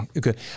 good